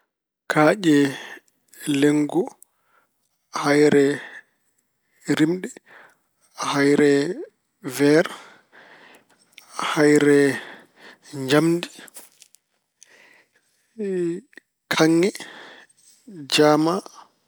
Kaaƴe lenngo, haayre rimre, haayre weer, haayre njamndi, kaŋŋe, jaama.